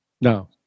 No